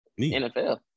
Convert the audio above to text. NFL